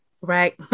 Right